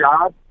job